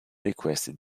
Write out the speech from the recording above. requested